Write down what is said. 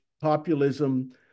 Populism